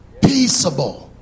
peaceable